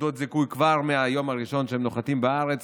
נקודות זיכוי כבר מהיום הראשון שהם נוחתים בארץ,